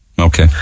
Okay